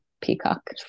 peacock